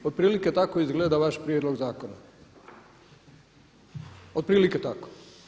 Pa otprilike tako izgleda vaš prijedlog zakona, otprilike tako.